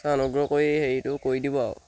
sir অনুগ্ৰহ কৰি হেৰিটো কৰি দিব আৰু